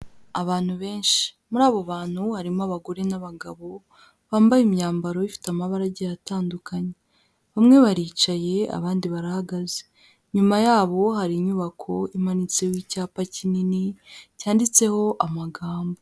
Abantu benshi, muri abo bantu harimo abagore n'abagabo, bambaye imyambaro ifite amabara agiye atandukanye, bamwe baricaye abandi barahagaze, inyuma yabo hari inyubako imanitseho icyapa kinini cyanditseho amagambo.